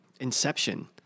inception